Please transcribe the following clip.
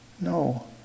No